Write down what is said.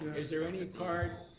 is there any card,